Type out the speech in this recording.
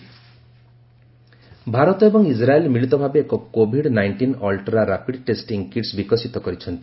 India Israel Bharat ଏବଂ Israel ମିଳିତ ଭାବେ ଏକ covid nineteen ultra rapid testing kits ବିକଶିତ କରିଛନ୍ତି